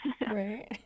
Right